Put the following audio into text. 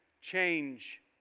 change